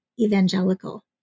evangelical